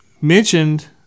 mentioned